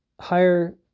higher